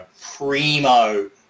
primo